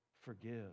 Forgive